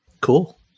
Cool